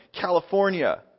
California